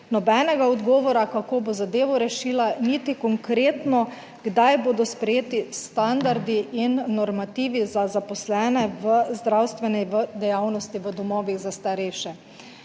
nobenega odgovora, kako bo zadevo rešila, niti konkretno, kdaj bodo sprejeti standardi in normativi za zaposlene v zdravstveni dejavnosti v domovih za starejše?